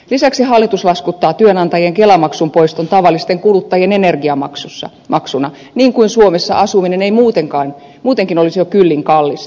lisäksi hallitus laskuttaa työnantajien kelamaksun poiston tavallisten kuluttajien energiamaksuna niin kuin suomessa asuminen ei muutenkin olisi jo kyllin kallista